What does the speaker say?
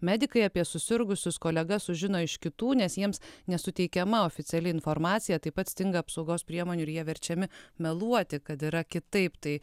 medikai apie susirgusius kolegas sužino iš kitų nes jiems nesuteikiama oficiali informacija taip pat stinga apsaugos priemonių ir jie verčiami meluoti kad yra kitaip tai